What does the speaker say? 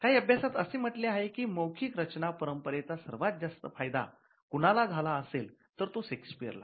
काही आभ्यासात असे म्हटले आहे की मौखिक रचना परंपरेचा सर्वात जास्त फायदा कुणाला झाला असेल तर तो शेक्सपीयरला